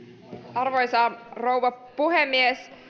arvoisa rouva puhemies